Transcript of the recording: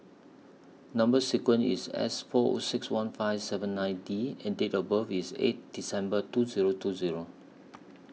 Number sequence IS S four O six one five seven nine D and Date of birth IS eight December two Zero two Zero